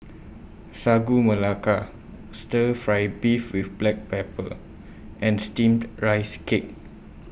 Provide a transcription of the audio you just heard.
Sagu Melaka Stir Fry Beef with Black Pepper and Steamed Rice Cake